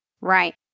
Right